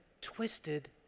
twisted